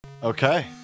Okay